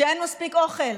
שאין מספיק אוכל